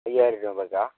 അയ്യായിരം രൂപക്കാ